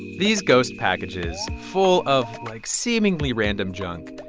these ghost packages full of, like, seemingly random junk,